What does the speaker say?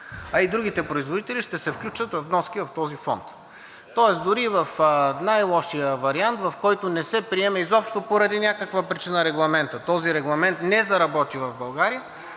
а и другите производители ще се включат във вноските в този фонд. Тоест дори и в най-лошия вариант, в който не се приеме изобщо поради някаква причина Регламентът, този регламент не заработи в България,